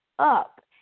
up